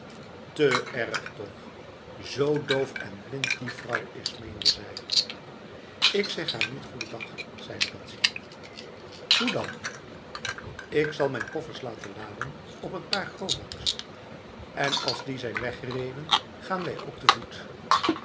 te erg toch zo doof en blind die vrouw is meende zij ik zeg haar niet goedendag zeide betsy hoe dan ik zal mijn koffers laten laden op een paar grobaks en als die zijn weggereden gaan wij ook te voet